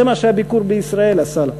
זה מה שהביקור בישראל עשה לה.